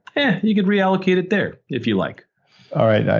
yeah you can reallocate it there, if you like all right.